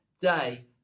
day